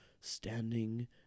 standing